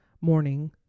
morning